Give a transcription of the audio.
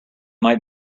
might